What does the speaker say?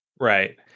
Right